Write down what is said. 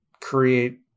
create